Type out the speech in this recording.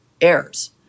errors